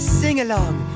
sing-along